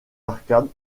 arcades